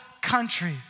country